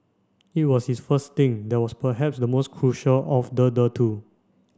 it was his first stint that was perhaps the most critical of the the two